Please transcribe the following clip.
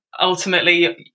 ultimately